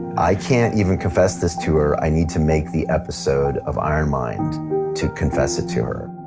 i can't even confess this to her. i need to make the episode of iron mind to confess it to her.